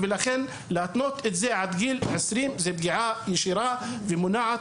ולכן להתנות את זה מעל גיל 20 זו פגיעה ישירה שמונעת